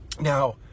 Now